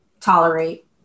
tolerate